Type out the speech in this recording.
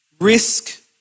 Risk